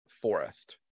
forest